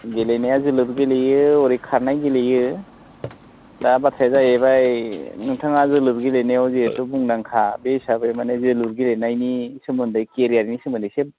गेलेनाया जोलुर गेलेयो हरै खारनाय गेलेयो दा बाथ्राया जाहैबाय नोंथाङा जोलुर गेलेनायाव जिहेथु मुंदांखा बे हिसाबै मानि जोलुर गेलेनायनि सोमोन्दै केरियारनि सोमोन्दै एसे